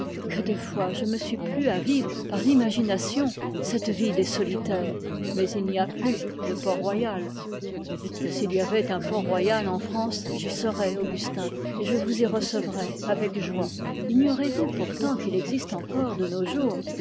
que de fois je me suis plu à vivre par l'imagination cette vie des solitaires mais il n'y a plus de port-royal s'il y avait un port-royal en france j'y serais augustin et je vous y recevrais avec joie ignorez-vous pourtant qu'il existe encore de nos jours